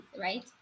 right